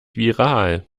viral